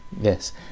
yes